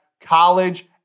college